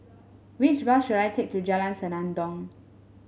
which bus should I take to Jalan Senandong